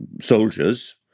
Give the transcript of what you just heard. soldiers